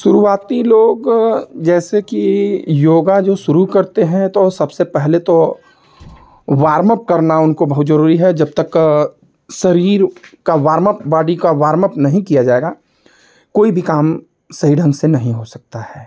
शुरुआती लोग जैसे कि योगा जो शुरू करते हैं तो सबसे पहले तो वार्मअप करना उनको बहुत ज़रूरी है जब तक शरीर का वार्मअप बॉडी का वार्मअप नहीं किया जाएगा कोई भी काम सही ढंग से नहीं हो सकता है